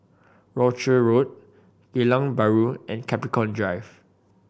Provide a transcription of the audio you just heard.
Rochor Road Geylang Bahru and Capricorn Drive